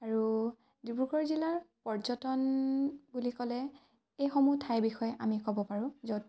আৰু ডিব্ৰুগড় জিলাৰ পৰ্যটন বুলি ক'লে এইসমূহ ঠাইৰ বিষয়ে আমি ক'ব পাৰোঁ য'ত